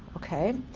ok.